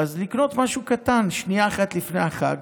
לקנות משהו קטן שנייה אחת לפני החג.